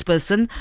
person